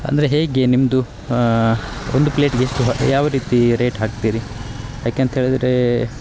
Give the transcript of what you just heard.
ಅಂದರೆ ಹೇಗೆ ನಿಮ್ಮದು ಒಂದು ಪ್ಲೇಟಿಗೆ ಎಷ್ಟು ಯಾವ ರೀತಿ ರೇಟ್ ಹಾಕ್ತೀರಿ ಯಾಕೆ ಅಂತ ಹೇಳಿದರೆ